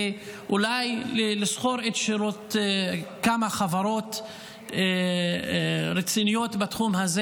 ואולי לשכור את השירות של כמה חברות רציניות בתחום הזה